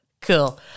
Cool